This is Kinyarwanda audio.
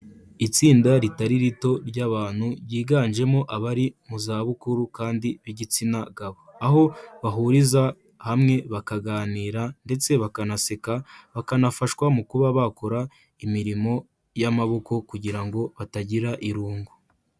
Itsinda ritari rito ry'abantu ryiganjemo abari mu zabukuru kandi b'igitsina gabo, aho bahuriza hamwe bakaganira ndetse bakanaseka, bakanafashwa mu kuba bakora imirimo y'amaboko kugira ngo batagira irungu.